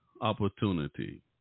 opportunity